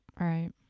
right